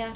ya